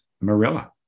Marilla